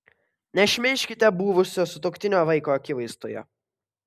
nešmeižkite buvusio sutuoktinio vaiko akivaizdoje